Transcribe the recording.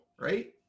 right